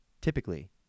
typically